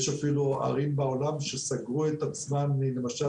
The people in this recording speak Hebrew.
יש אפילו ערים בעולם שסגרו את עצמן למשל